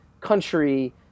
country